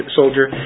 soldier